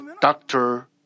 doctor